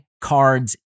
cards